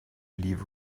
leave